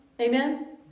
Amen